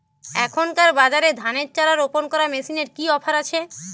এখনকার বাজারে ধানের চারা রোপন করা মেশিনের কি অফার আছে?